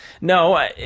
No